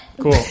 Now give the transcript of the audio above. Cool